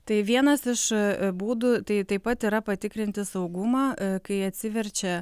tai vienas iš būdų tai taip pat yra patikrinti saugumą kai atsiverčia